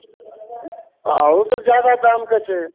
अहू सऽ जादा है अहू सऽ जादा दाम के छै